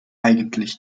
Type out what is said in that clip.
eigentlich